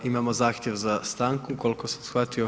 Imao zahtjev za stanku, koliko sam shvatio.